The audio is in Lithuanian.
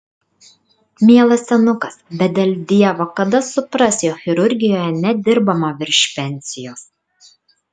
mielas senukas bet dėl dievo kada supras jog chirurgijoje nedirbama virš pensijos